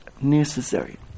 necessary